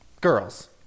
Girls